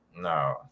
No